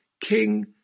King